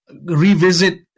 revisit